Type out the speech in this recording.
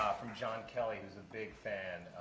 from john kelly who is a big fan.